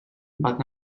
but